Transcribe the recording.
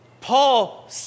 Paul